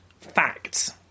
facts